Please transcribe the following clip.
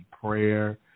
prayer